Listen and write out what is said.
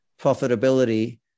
profitability